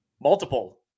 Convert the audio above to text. multiple